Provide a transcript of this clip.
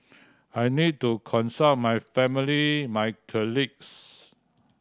I need to consult my family my colleagues